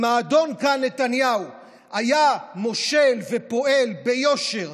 אם האדון נתניהו היה מושל ופועל ביושר,